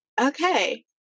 okay